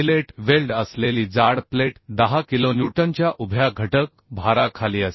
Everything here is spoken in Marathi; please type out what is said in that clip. फिलेट वेल्ड असलेली जाड प्लेट 10 किलोन्यूटनच्या उभ्या घटक भाराखाली असते